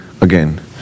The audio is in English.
again